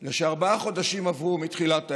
זה שארבעה חודשים עברו מתחילת האירוע,